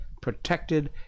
protected